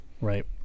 Right